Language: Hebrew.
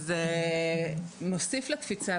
מה שמוסיף לקפיצה,